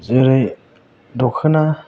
जेरौ दखना